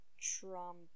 Trump